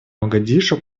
могадишо